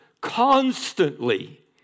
constantly